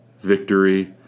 Victory